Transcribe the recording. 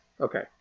Okay